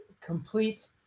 complete